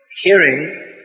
hearing